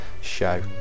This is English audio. show